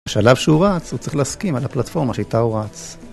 בשלב שהוא רץ הוא צריך להסכים על הפלטפורמה שאיתה הוא רץ.